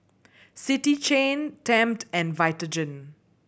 City Chain Tempt and Vitagen